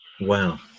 Wow